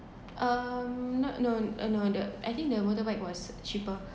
um not no uh no the I think the motorbike was cheaper